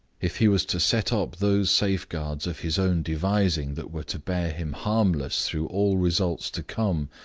if he was to set up those safeguards of his own devising that were to bear him harmless through all results to come,